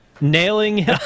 Nailing